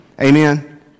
Amen